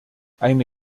eine